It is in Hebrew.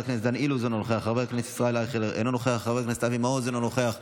עמית הלוי, אינו נוכח,